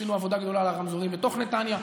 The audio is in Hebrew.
עשינו עבודה גדולה על הרמזורים בתוך נתניה.